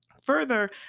Further